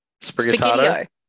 spaghetti